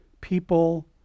people